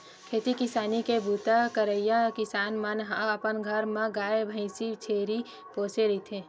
खेती किसानी के बूता करइया किसान मन ह अपन घर म गाय, भइसी, छेरी पोसे रहिथे